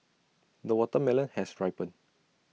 the watermelon has ripened